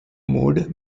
mood